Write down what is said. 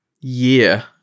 year